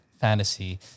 fantasy